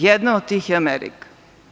Jedna od njih je Amerika.